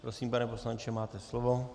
Prosím, pane poslanče, máte slovo.